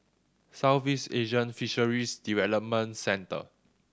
Southeast Asian Fisheries Development Centre